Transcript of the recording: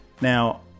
Now